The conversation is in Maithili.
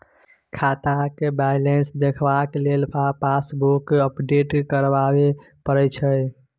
खाताक बैलेंस देखबाक लेल पासबुक अपडेट कराबे परय छै